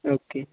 okay